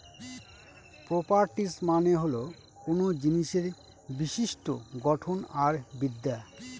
properties মানে হল কোনো জিনিসের বিশিষ্ট্য গঠন আর বিদ্যা